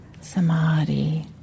samadhi